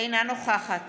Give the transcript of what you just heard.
אינה נוכחת